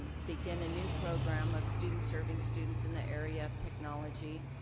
begin a new program of students serving students in the area of technology.